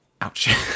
ouch